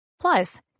Plus